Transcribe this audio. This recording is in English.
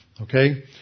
Okay